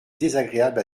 désagréable